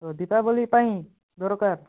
ତ ଦୀପାବଳୀ ପାଇଁ ଦରକାର